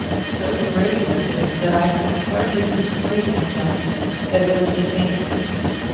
so great was it, that i could hardly persuade myself that it was the same person.